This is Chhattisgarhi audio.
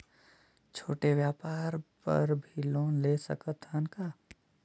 छोटे व्यापार बर भी लोन ले सकत हन का?